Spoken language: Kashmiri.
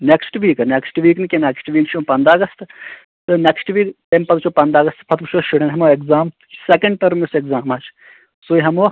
نیٚکٕسٹہٕ ویٖک ہا نیٚکٕسٹہٕ ویٖک نہٕ کیٚنٛہہ نیٚکٕسٹہٕ ویٖک چھُ یِوَان پَندَہ اَگست تہٕ نیٚکٕسٹہٕ ویٖک تَمہِ پَتہٕ وُچَھو پَندَہ اَگست پَتہٕ وُچھو شُرِیٚن ہِمواِیٚگزام سِیٚکَنٛڈ ٹٔرٕم یُس اِیٚگزام آسہِ سُوے ہِمہِ ہوکھ